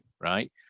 right